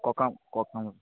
ক কাম ক কামরা